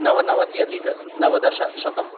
नवनवति अधिकनवदशशतम्